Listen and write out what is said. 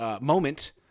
moment